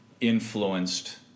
influenced